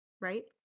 right